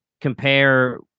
compare